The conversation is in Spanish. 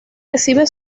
recibe